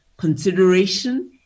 consideration